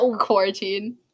quarantine